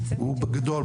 בגדול,